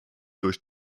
durch